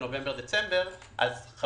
אם זה יימשך לנובמבר דצמבר,